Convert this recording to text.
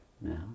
Now